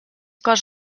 cos